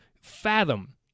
fathom